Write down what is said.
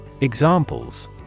Examples